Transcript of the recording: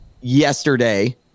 yesterday